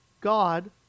God